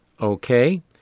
Okay